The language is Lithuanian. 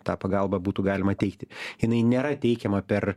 tą pagalbą būtų galima teikti jinai nėra teikiama per